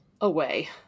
Away